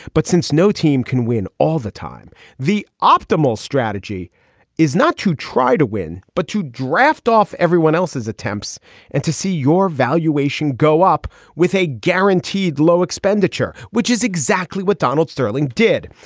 but since no team can win all the time the optimal strategy is not to try to win but to draft off everyone else's attempts and to see your valuation go up with a guaranteed low expenditure which is exactly what donald sterling did.